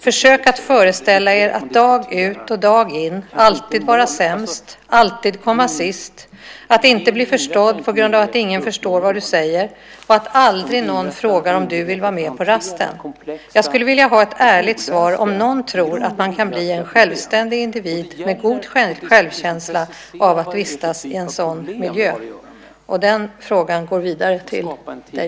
Försök att föreställa er att dag ut och dag in alltid vara sämst, alltid komma sist, att inte bli förstådd på grund av att ingen förstår vad du säger och att aldrig någon frågar om du vill vara med på rasten. Jag skulle vilja ha ett ärligt svar om någon tror att man kan bli en självständig individ med god självkänsla av att vistas i en sådan miljö. Den frågan går vidare till dig.